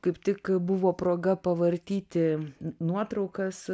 kaip tik buvo proga pavartyti nuotraukas